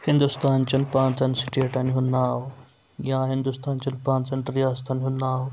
ہِندوستان چٮ۪ن پانٛژن سٹیٹن ہُنٛد ناو یا ہِندوستان چٮ۪ن پانٛژن ریاستن ہُنٛد ناو